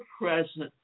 present